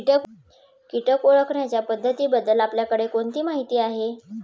कीटक ओळखण्याच्या पद्धतींबद्दल आपल्याकडे कोणती माहिती आहे?